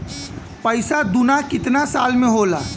पैसा दूना कितना साल मे होला?